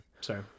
sorry